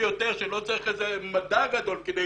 ביותר שלא צריך איזה מדע גדול כדי